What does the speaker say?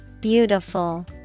Beautiful